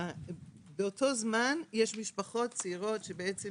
באותו זמן, יש משפחות צעירות שבעצם